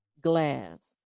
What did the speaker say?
Glass